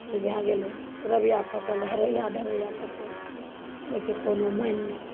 ई भऽ गेलै रबिया फसल हरैया ढरैया फसल एहिके कोनो नाम नै